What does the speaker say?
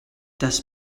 das